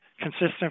consistent